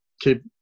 keep